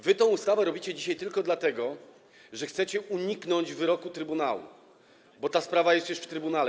Wy tę ustawę robicie dzisiaj tylko dlatego, że chcecie uniknąć wyroku trybunału, bo ta sprawa jest już w trybunale.